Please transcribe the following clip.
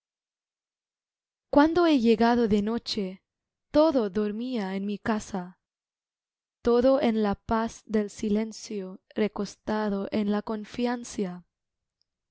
cuando he llegado de noche todo dormía en mi casa todo en la paz del silencio recostado en la